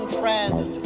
friend